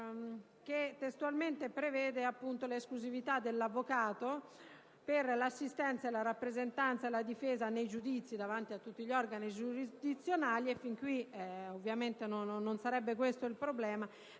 che testualmente prevede l'esclusività dell'avvocato per l'assistenza, la rappresentanza e la difesa nei giudizi davanti a tutti gli organi giurisdizionali (e ovviamente non sarebbe questo il problema),